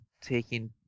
taking